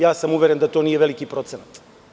Ja sam uveren da to nije veliki procenat.